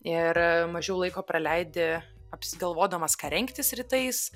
ir mažiau laiko praleidi apsigalvodamas ką rengtis rytais